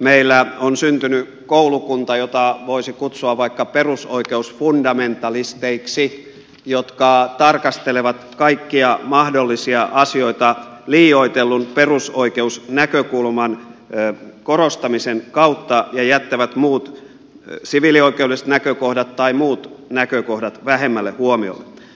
meillä on syntynyt koulukunta jota voisi kutsua vaikka perusoikeusfundamentalisteiksi jotka tarkastelevat kaikkia mahdollisia asioita liioitellun perusoikeusnäkökulman korostamisen kautta ja jättävät siviilioikeudelliset näkökohdat tai muut näkökohdat vähemmälle huomiolle